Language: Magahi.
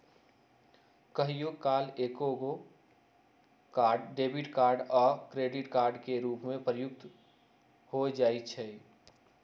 कहियो काल एकेगो कार्ड डेबिट कार्ड आ क्रेडिट कार्ड के रूप में प्रयुक्त हो जाइ छइ